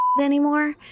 anymore